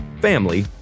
family